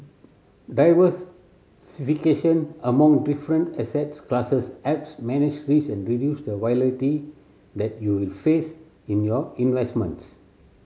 diversification among different assets classes helps manage risk and reduce the that you will face in your investments